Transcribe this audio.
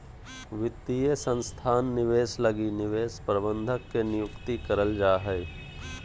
वित्तीय संस्थान निवेश लगी निवेश प्रबंधक के नियुक्ति करल जा हय